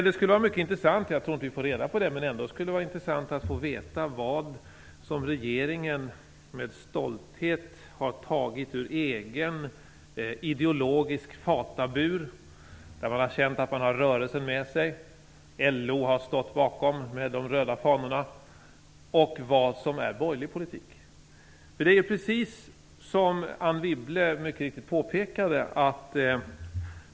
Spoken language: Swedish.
Det skulle vara mycket intressant att få veta vad regeringen med stolthet har tagit ur egen ideologisk fatabur - där man har känt att man har haft rörelsen med sig och LO har stått bakom med de röda fanorna - och vad som är borgerlig politik. Jag tror inte att vi kommer att få reda på det.